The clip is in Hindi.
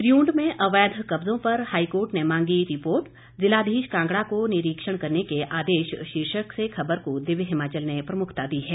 त्रियूंड में अवैध कब्जों पर हाईकोर्ट ने मांगी रिपोर्ट जिलाधीश कांगड़ा को निरीक्षण करने के आदेश शीर्षक से खबर को दिव्य हिमाचल ने प्रमुखता दी है